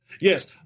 Yes